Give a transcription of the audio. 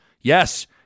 Yes